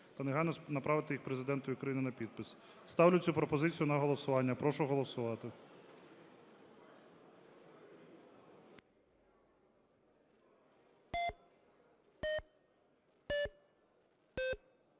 та негайно направити їх Президентові України на підпис. Ставлю цю пропозицію на голосування. Прошу голосувати.